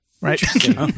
Right